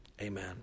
amen